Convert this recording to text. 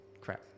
Crap